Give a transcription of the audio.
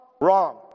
wrong